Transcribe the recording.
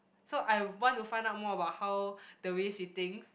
so I want to find out more about how the way she thinks